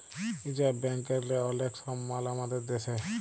reserve ব্যাংকেরলে অলেক সমমাল আমাদের দ্যাশে